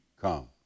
come